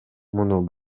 муну